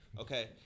Okay